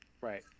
Right